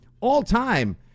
all-time